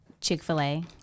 Chick-fil-A